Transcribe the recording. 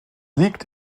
liegt